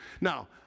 Now